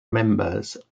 members